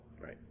Right